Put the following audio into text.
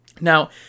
Now